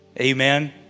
Amen